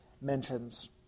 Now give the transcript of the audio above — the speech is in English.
mentions